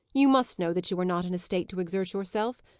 you must know that you are not in a state to exert yourself.